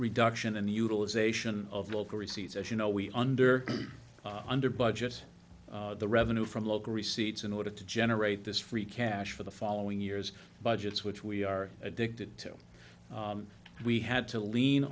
reduction in the utilization of local receipts as you know we under under budget the revenue from local receipts in order to generate this free cash for the following years budgets which we are addicted to and we had to lean